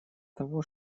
того